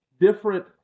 different